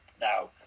Now